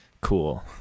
Cool